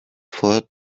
for